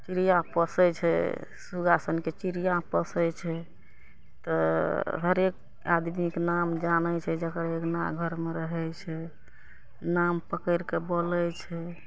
चिड़िआँ पोसै छै सुगा सनके चिड़िआँ पोसै छै तऽ हरेक आदमीके नाम जानै छै जकर अङ्गना घरमे रहै छै नाम पकैड़ि कऽ बोलै छै